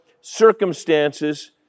circumstances